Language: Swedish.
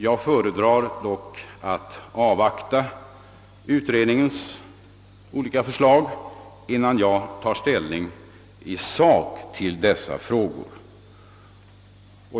Jag föredrar dock att avvakta utredningens olika förslag, innan jag tar ställning i sak till dessa frågor.